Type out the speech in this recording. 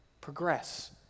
progress